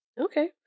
Okay